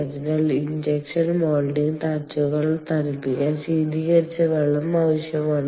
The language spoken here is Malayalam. അതിനാൽ ഇൻജെക്ഷൻ മോൾഡിംങ്ങിൽ അച്ചുകൾ തണുപ്പിക്കാൻ ശീതീകരിച്ച വെള്ളം ആവശ്യമാണ്